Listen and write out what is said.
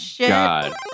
god